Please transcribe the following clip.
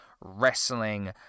wrestling